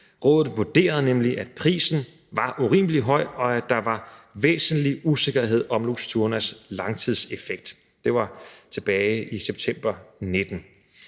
Rådet vurderede nemlig, at prisen var urimelig høj, og at der var væsentlig usikkerhed om Luxturnas langtidseffekt. Det var tilbage i september 2019.